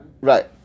Right